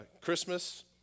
Christmas